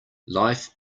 life